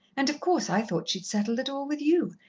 and, of course, i thought she'd settled it all with you,